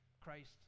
Christ